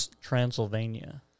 Transylvania